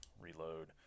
reload